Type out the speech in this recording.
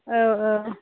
औ औ